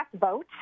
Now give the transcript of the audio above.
vote